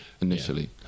initially